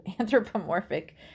anthropomorphic